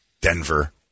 Denver